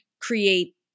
create